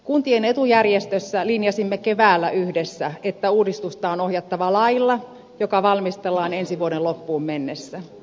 kuntien etujärjestössä linjasimme keväällä yhdessä että uudistusta on ohjattava lailla joka valmistellaan ensi vuoden loppuun mennessä